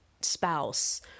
spouse